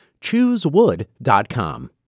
Choosewood.com